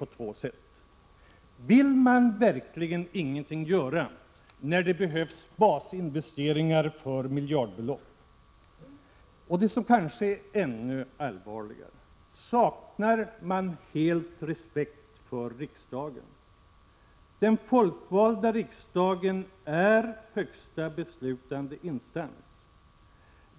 Är det så att man verkligen inte vill göra någonting, när det behövs basinvesteringar för miljardbelopp? Ännu allvarligare är frågan om man helt saknar respekt för riksdagen — den folkvalda riksdagen är högsta beslutande instans.